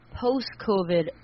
Post-COVID